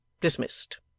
Dismissed